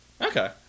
okay